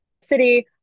city